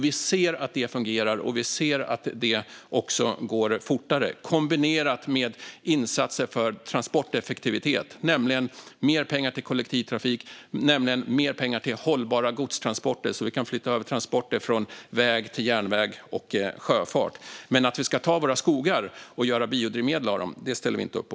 Vi ser att det fungerar, och vi ser att det också går fortare i kombination med insatser för transporteffektivitet, nämligen mer pengar till kollektivtrafik och till hållbara godstransporter så att vi kan flytta över transporter från väg till järnväg och sjöfart. Att vi ska ta våra skogar och göra biodrivmedel av dem ställer vi inte upp på.